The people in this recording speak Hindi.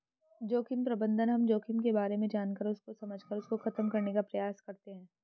जोखिम प्रबंधन हम जोखिम के बारे में जानकर उसको समझकर उसको खत्म करने का प्रयास करते हैं